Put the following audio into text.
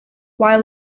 while